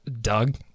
Doug